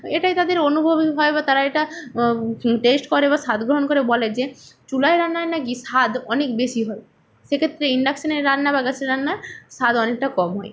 এটাই তাদের অনুভবে হয় বা তারা এটা টেস্ট করে বা স্বাদ গ্রহণ করে বলে যে চুলায় রান্নায় না কি স্বাদ অনেক বেশি হয় সেক্ষেত্রে ইন্ডাকশানের রান্না বা গ্যাসের রান্নার স্বাদ অনেকটা কম হয়